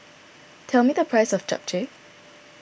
tell me the price of Japchae